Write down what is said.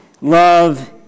love